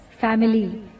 family